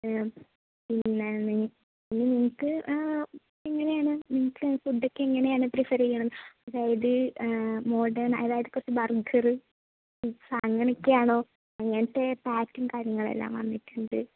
പിന്നെ എനി നിങ്ങൾക്ക് എങ്ങനെയാണ് നിങ്ങൾക്ക് ഫുഡൊക്കെ എങ്ങനെയാണ് പ്രിഫെർ ചെയ്യണം അതായത് മോഡേൺ അതായത് കുറച്ച് ബർഗറ് പിസ്സ അങ്ങനെയൊക്കെ ആണോ അങ്ങനത്തെ പേക്കും കാര്യങ്ങളും എല്ലാം വന്നിട്ടുണ്ട്